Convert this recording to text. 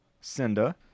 Cinda